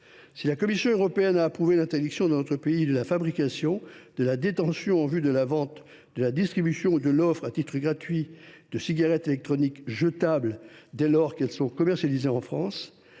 Si la Commission européenne a approuvé l’interdiction dans notre pays de la fabrication, de la détention en vue de la vente, de la distribution ou de l’offre à titre gratuit de cigarettes électroniques jetables dès lors qu’elles sont commercialisées en France,